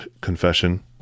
confession